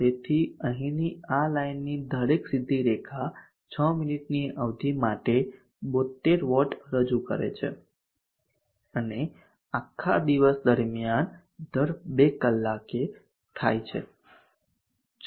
તેથી અહીંની આ લાઇનની દરેક સીધી રેખા 6 મિનિટની અવધિ માટે 72 વોટ રજૂ કરે છે અને આખા દિવસ દરમિયાન દર બે કલાકે થાય છે